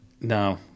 No